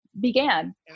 began